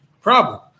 problem